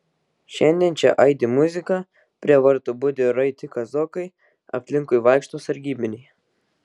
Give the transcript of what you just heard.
šiandien čia aidi muzika prie vartų budi raiti kazokai aplinkui vaikšto sargybiniai